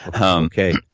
Okay